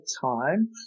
time